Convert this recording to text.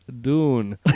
Dune